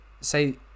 say